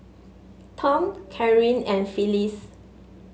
Tom Caryn and Phylis